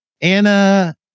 Anna